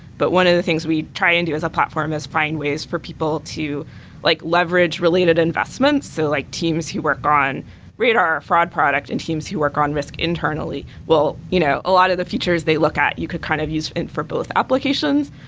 but one of the things we try and do as a platform is find ways for people to like leverage related investments, so like teams who work on radar or fraud product and teams who work on risk internally. well, you know a lot of the features they look at, you could kind of use for both applications.